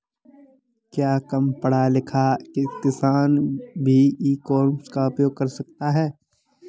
क्या कम पढ़ा लिखा किसान भी ई कॉमर्स का उपयोग कर सकता है?